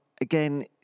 again